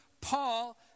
Paul